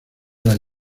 las